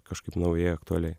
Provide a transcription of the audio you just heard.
kažkaip naujai aktualiai